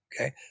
okay